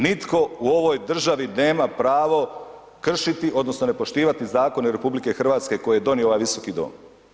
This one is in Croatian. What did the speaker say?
Nitko u ovoj državi nema pravo kršiti odnosno ne poštivati zakone RH koje je donio ovaj Visoki dom.